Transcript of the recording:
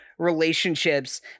relationships